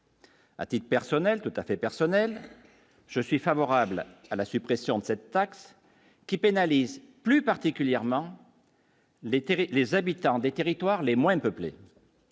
à titre personnel, tout à fait personnel, je suis favorable à la suppression de cette taxe, qui pénalise plus particulièrement. Les Terres, les habitants des territoires les moins peuplées,